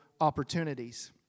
opportunities